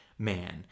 man